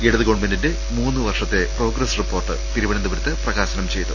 ഇടത് ഗവൺമെന്റിന്റെ മൂന്ന് വർഷത്തെ പ്രോഗ്രസ് റിപ്പോർട്ട് തിരുവ നന്തപുരത്ത് പ്രകാശനം ചെയ്തു